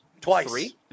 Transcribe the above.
Twice